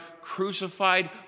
crucified